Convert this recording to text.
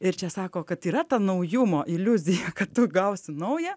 ir čia sako kad yra ta naujumo iliuzija kad tu gausi naują